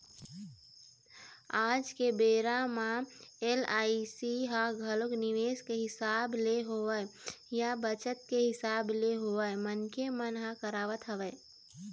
आज के बेरा म एल.आई.सी ह घलोक निवेस के हिसाब ले होवय या बचत के हिसाब ले होवय मनखे मन करवात हवँय